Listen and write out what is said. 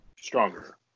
Stronger